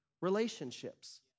relationships